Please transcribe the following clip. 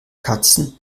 katzen